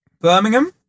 Birmingham